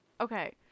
okay